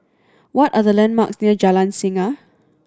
what are the landmarks near Jalan Singa